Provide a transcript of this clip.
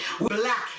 black